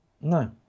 No